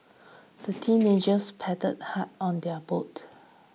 the teenagers paddled hard on their boat